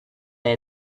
they